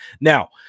now